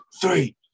three